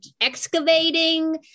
excavating